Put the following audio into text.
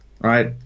Right